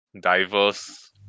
diverse